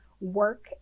work